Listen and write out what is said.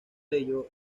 ello